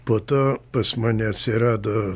po to pas mane atsirado